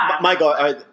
Michael